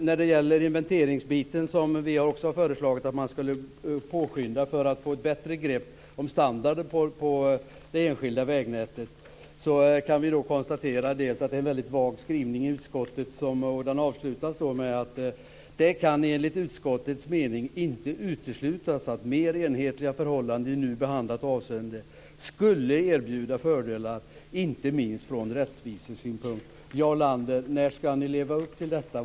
När det gäller inventeringsbiten har vi också förslagit att man skall påskynda för att få ett bättre grepp om standarden på det enskilda vägnätet. Där kan vi konstatera att det är en väldigt vag skrivning i utskottet. Den avslutas med: "Det kan enligt utskottets mening inte uteslutas att mer enhetliga förhållanden i nu behandlat avseende skulle erbjuda fördelar, inte minst från rättvisesynpunkt." Jarl Lander, när skall ni leva upp till detta?